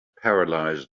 paralysed